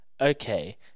Okay